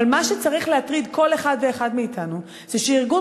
אבל מה שצריך להטריד כל אחד ואחד מאתנו זה שארגון